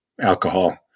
alcohol